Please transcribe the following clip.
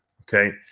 Okay